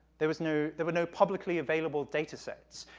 there was no, there were no publically available datasets,